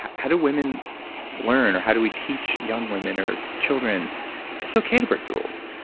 how do women learn? or how do we teach young women or children it's okay to break the rules?